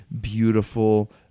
beautiful